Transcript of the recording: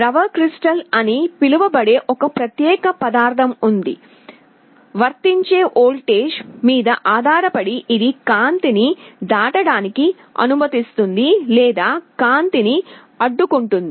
ద్రవ క్రిస్టల్ అని పిలువబడే ఒక ప్రత్యేక పదార్థం ఉంది వర్తించే వోల్టేజ్ మీద ఆధారపడి ఇది కాంతిని దాటడానికి అనుమతిస్తుంది లేదా అది కాంతిని అడ్డుకుంటుంది